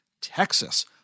Texas